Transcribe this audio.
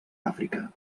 àfrica